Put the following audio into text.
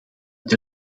uit